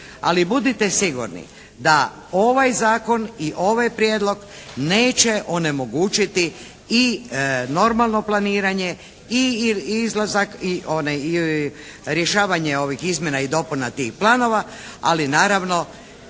Ali budite sigurni da ovaj zakon i ovaj prijedlog neće onemogućiti i normalno planiranje i izlazak i rješavanje ovih izmjena i dopuna tih planova. Ali naravno